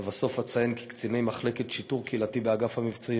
לבסוף אציין כי קציני מחלקת שיטור קהילתי באגף המבצעים